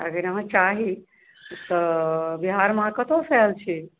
अगर अहाँ चाही तऽ बिहारमे अहाँ कतऽसँ आयल छी